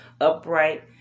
Upright